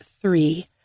three